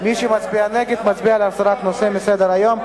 ומי שמצביע נגד מצביע על הסרת הנושא מסדר-היום.